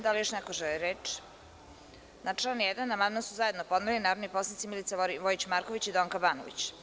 Da li još neko želi reč? (Ne) Na član 1. amandman su zajedno podnele narodni poslanici Milica Vojić-Marković i Donka Banović.